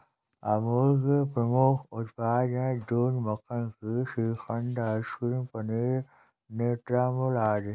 अमूल के प्रमुख उत्पाद हैं दूध, मक्खन, घी, श्रीखंड, आइसक्रीम, पनीर, न्यूट्रामुल आदि